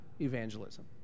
evangelism